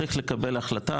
צריך לקבל החלטה,